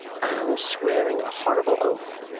and swearing a horrible oath,